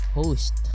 host